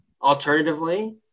Alternatively